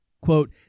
Quote